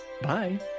Bye